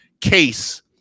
case